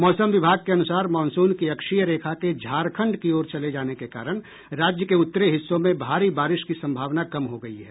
मौसम विभाग के अनुसार मॉनसून की अक्षीय रेखा के झारखंड की ओर चले जाने के कारण राज्य के उत्तरी हिस्सों में भारी बारिश की सम्भावना कम हो गयी है